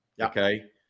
Okay